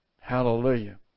Hallelujah